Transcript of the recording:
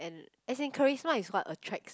as in charisma is what attracts